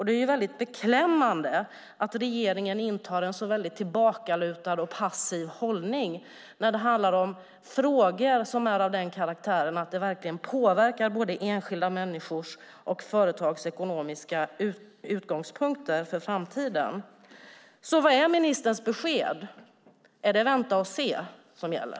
Det är beklämmande att regeringen intar en så tillbakalutad och passiv hållning när det gäller frågor som är av den karaktären att de påverkar enskilda människors och företags ekonomiska utgångspunkter för framtiden. Vad är ministerns besked? Är det vänta och se som gäller?